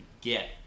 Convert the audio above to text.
get